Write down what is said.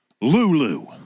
Lulu